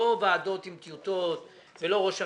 לא ועדות עם טיוטות ולא ראש הממשלה,